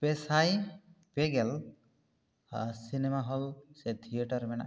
ᱯᱮ ᱥᱟᱸᱭ ᱯᱮ ᱜᱮᱞ ᱥᱤᱱᱮᱢᱟ ᱦᱚᱞ ᱥᱮ ᱛᱷᱤᱭᱮᱴᱟᱨ ᱢᱮᱱᱟᱜ ᱟᱠᱟᱫᱟ